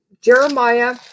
Jeremiah